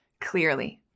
clearly